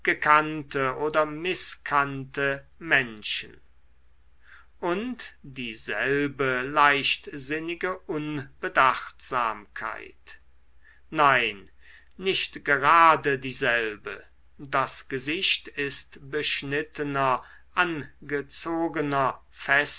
gekannte oder mißkannte menschen und dieselbe leichtsinnige unbedachtsamkeit nein nicht gerade dieselbe das gesicht ist beschnittener angezogener